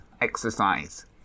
exercise